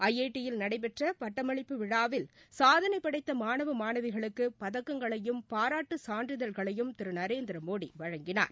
I I T யில் நடைபெற்ற பட்டமளிப்பு விழாவில் சாதனை படைத்த மாணவ மாணவிகளுக்கு பதக்கங்களையும் பாராட்டு சான்றிதழ்களையும் திரு நரேந்திரமோடி வழங்கினார்